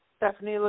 Stephanie